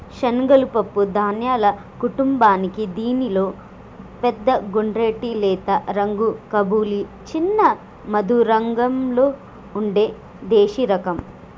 శనగలు పప్పు ధాన్యాల కుటుంబానికీ దీనిలో పెద్ద గుండ్రటి లేత రంగు కబూలి, చిన్న ముదురురంగులో ఉండే దేశిరకం